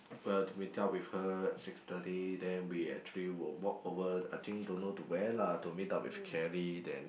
we are to meet up with her at six thirty then we actually will walk over I think don't know to where lah to meet up with Kelly then